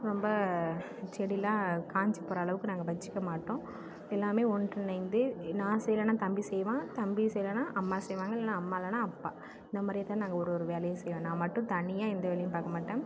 ரொம்ப செடியெலாம் காஞ்சு போகிற அளவுக்கு நாங்கள் வச்சுக்க மாட்டோம் எல்லாமே ஒன்றிணைந்து நான் செய்யலனா தம்பி செய்வான் தம்பி செய்யலனா அம்மா செய்வாங்க இல்லைனா அம்மா இல்லைனா அப்பா இந்த மாதிரியே தான் ஒரு ஒரு வேலையாக செய்வோம் நான் மட்டும் தனியாக எந்த வேலையும் பார்க்க மாட்டேன்